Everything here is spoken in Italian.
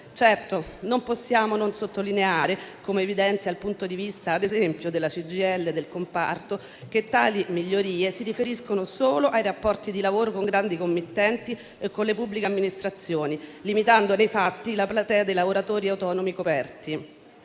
non possiamo non sottolineare - come evidenzia ad esempio il punto di vista della CGIL del comparto - che tali migliorie si riferiscono solo ai rapporti di lavoro con grandi committenti e con le pubbliche amministrazioni, limitando nei fatti la platea dei lavoratori autonomi coperti.